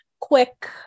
quick